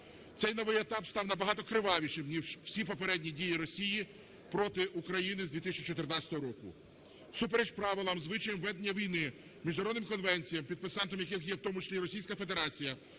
Цей новий етап став набагато кривавішим ніж всі попередні дії Росії проти України з 2014 року. Всупереч правилам, звичаям ведення війни, міжнародним конвенціям, підписантом яких є в тому числі і Російська Федерація,